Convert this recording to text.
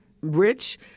Rich